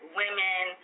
women